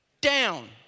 down